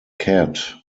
cat